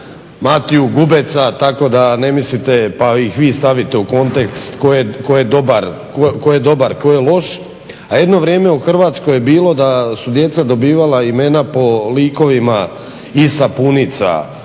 Matiju Gubeca tako da ne mislite pa ih vi stavite u kontekst tko je dobar, tko je loš. A jedno vrijeme u Hrvatskoj je bilo da su djeca dobivala imena po likovima iz sapunica,